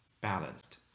balanced